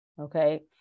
okay